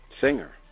singer